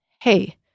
Hey